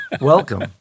Welcome